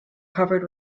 covered